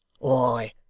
why,